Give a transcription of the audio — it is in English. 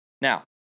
now